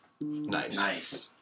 Nice